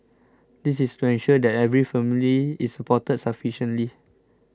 this is to ensure that every family is supported sufficiently